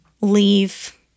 leave